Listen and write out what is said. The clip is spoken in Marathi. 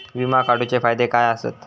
विमा काढूचे फायदे काय आसत?